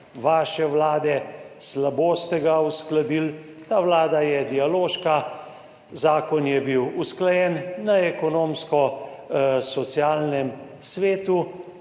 vaše vlade, slabo ste ga uskladili. Ta vlada je dialoška, zakon je bil usklajen na Ekonomsko-socialnem svetu.